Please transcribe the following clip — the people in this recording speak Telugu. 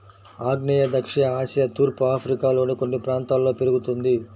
ఆగ్నేయ దక్షిణ ఆసియా తూర్పు ఆఫ్రికాలోని కొన్ని ప్రాంతాల్లో పెరుగుతుంది